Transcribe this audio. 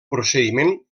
procediment